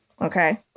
Okay